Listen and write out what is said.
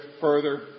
further